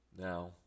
Now